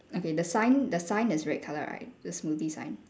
okay the sign the sign is red colour right the smoothie sign